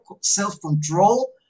self-control